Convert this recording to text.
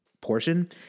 portion